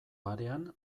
barean